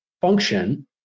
function